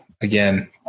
again